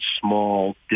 small